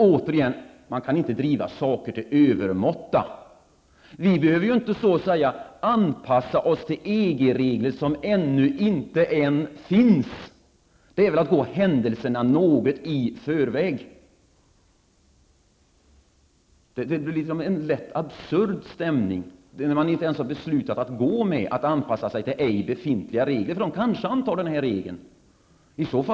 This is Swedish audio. Men man kan inte driva saker till övermått. Vi behöver inte anpassa oss till EG-regler som ännu inte finns. Det är väl att gå händelserna något i förväg. Det blir en lätt absurd stämning när man säger att vi skall anpassa oss till ej befintliga regler, men som kanske kommer att antas, när vi inte ens har beslutat att gå med i EG.